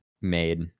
made